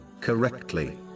correctly